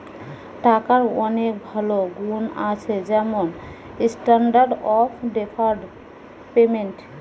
টাকার অনেক ভালো গুন্ আছে যেমন স্ট্যান্ডার্ড অফ ডেফার্ড পেমেন্ট